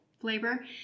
flavor